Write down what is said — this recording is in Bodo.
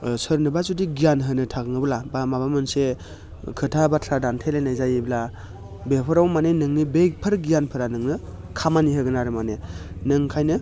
सोरनोबा जुदि गियान होनो थाङोब्ला बा माबा मोनसे खोथा बाथ्रा दान्थेलायनाय जायोब्ला बेफोराव माने नोंनि बैफोर गियानफोरा नोंनो खामानि होगोन आरो माने नों ओंखायनो